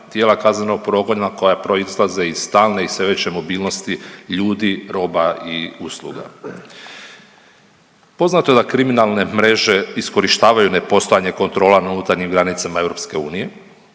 tijela kaznenog progona koja proizlaze iz stalne i sve veće mogućnosti ljudi, roba i usluga. Poznato je da kriminalne mreže iskorištavaju nepostojanje kontrola na unutarnjim granicama EU